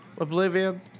Oblivion